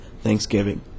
thanksgiving